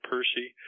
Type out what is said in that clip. Percy